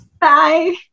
Bye